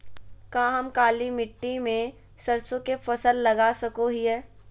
का हम काली मिट्टी में सरसों के फसल लगा सको हीयय?